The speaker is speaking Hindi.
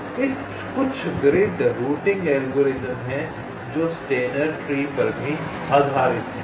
तो कुछ ग्रिड रूटिंग एल्गोरिदम हैं जो स्टेनर ट्री पर भी आधारित हैं